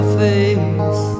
face